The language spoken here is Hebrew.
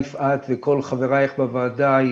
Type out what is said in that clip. יפעת וכל חברייך בוועדה,